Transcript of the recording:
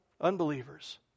unbelievers